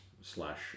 slash